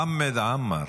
חמד עמאר,